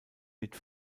mit